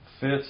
fits